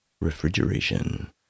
refrigeration